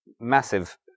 massive